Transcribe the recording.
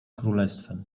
królestwem